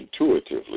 intuitively